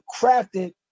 crafted